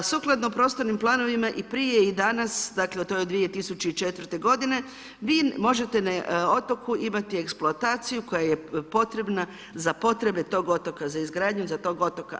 Sukladno prostornim planovima i prije i danas, dakle to je od 2004. godine, vi možete na otoku imati eksploataciju koja je potrebna za potrebe to otoka, za izgradnju tog otoka.